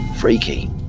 Freaky